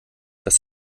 dass